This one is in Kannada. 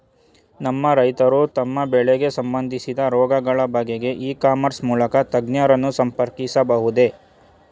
ನಮ್ಮ ರೈತರು ತಮ್ಮ ಬೆಳೆಗೆ ಸಂಬಂದಿಸಿದ ರೋಗಗಳ ಬಗೆಗೆ ಇ ಕಾಮರ್ಸ್ ಮೂಲಕ ತಜ್ಞರನ್ನು ಸಂಪರ್ಕಿಸಬಹುದೇ?